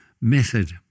method